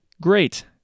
Great